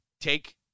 take